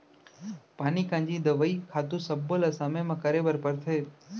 पानी कांजी, दवई, खातू सब्बो ल समे म करे बर परथे